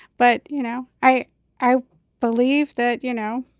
but, you know, i i believe that, you know,